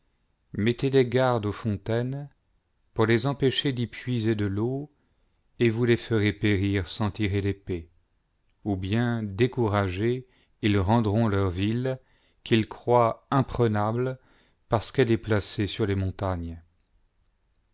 mettez des gardes aux fontaines pour les empêcher d'y puiser de l'eau et vous les ferez périr sans tirer l'épée ou bien découragés ils rendront leur ville qu'ils croient imprenable parce qu'elle est placée sur les montagnes